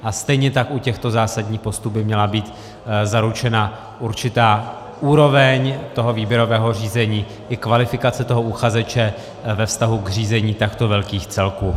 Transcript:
A stejně tak u těchto zásadních postů by měla být zaručena určitá úroveň výběrového řízení i kvalifikace uchazeče ve vztahu k řízení takto velkých celků.